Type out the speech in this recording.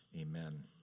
amen